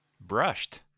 Brushed